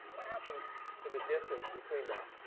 what happens to the distance between them?